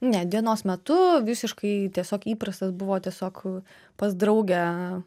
ne dienos metu visiškai tiesiog įprastas buvo tiesiog pas draugę